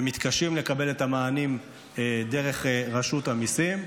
ומתקשים לקבל את המענים דרך רשות המיסים.